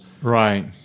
Right